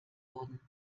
wurden